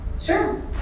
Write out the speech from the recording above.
Sure